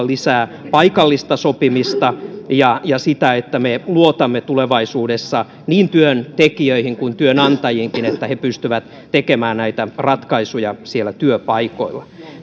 lisää paikallista sopimista ja ja sitä että me luotamme tulevaisuudessa niin työntekijöihin kuin työnantajiinkin siinä että he pystyvät tekemään näitä ratkaisuja siellä työpaikoilla